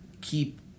keep